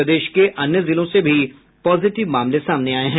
प्रदेश के अन्य जिलों से भी पॉजिटिव मामले सामने आये हैं